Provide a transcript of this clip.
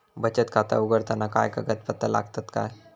बचत खाता उघडताना काय कागदपत्रा लागतत?